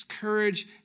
courage